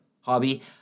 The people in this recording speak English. hobby